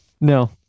no